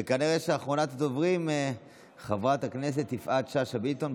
וכנראה אחרונת הדוברים היא חברת הכנסת יפעת שאשא ביטון.